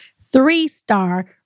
three-star